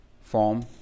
form